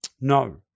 No